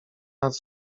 nad